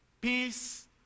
peace